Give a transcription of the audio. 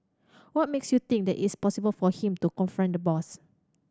what makes you think that it's possible for him to confront the boss